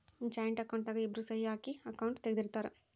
joint account ದಾಗ ಇಬ್ರು ಸಹಿ ಹಾಕಿ ಅಕೌಂಟ್ ತೆಗ್ದಿರ್ತರ್